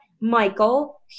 Michael